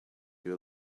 you